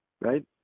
right